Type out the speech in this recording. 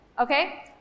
okay